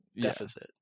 deficit